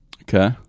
Okay